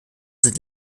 sind